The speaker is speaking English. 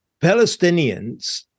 Palestinians